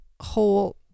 whole